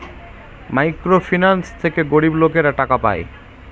micro finance থেকে গরিব লোকেরা টাকা পায়